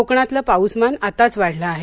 कोकणातलं पाऊसमान आताच वाढलं आहे